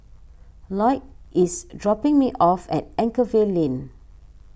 Loyd is dropping me off at Anchorvale Lane